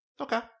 Okay